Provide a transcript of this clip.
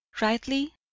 rightly